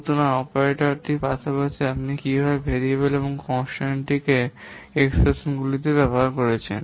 সুতরাং অপারেটরদের পাশাপাশি আপনি কীভাবে ভেরিয়েবল এবং কনস্ট্যান্টগুলি এক্সপ্রেশনগুলিতে ব্যবহার করছেন